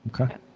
Okay